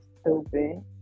stupid